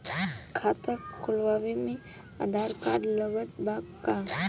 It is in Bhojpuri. खाता खुलावे म आधार कार्ड लागत बा का?